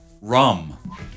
rum